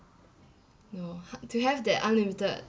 no h~ to have that unlimited